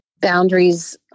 boundaries